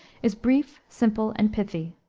is brief, simple, and pithy.